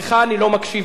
לך אני לא מקשיב,